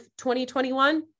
2021